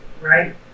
Right